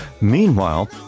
Meanwhile